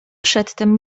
przedtem